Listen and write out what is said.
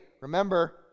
remember